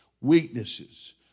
weaknesses